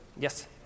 Yes